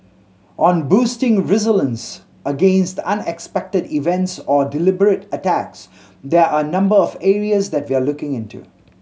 on boosting resilience against unexpected events or deliberate attacks there are a number of areas that we are looking into